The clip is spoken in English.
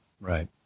Right